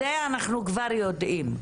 את זה אנחנו כבר יודעים.